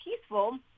peaceful